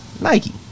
Nike